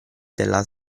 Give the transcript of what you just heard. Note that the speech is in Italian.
della